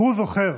הוא זוכר.